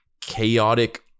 chaotic